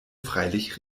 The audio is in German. freilich